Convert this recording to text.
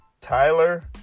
Tyler